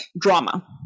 drama